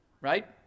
Right